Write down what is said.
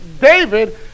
David